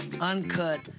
uncut